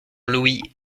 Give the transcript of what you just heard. louis